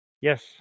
Yes